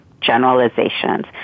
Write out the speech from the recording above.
generalizations